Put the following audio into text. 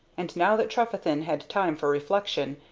and, now that trefethen had time for reflection,